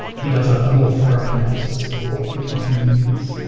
he does a more thorough analysis of what the continuum is,